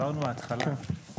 הסברנו בהתחלה.